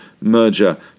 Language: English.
merger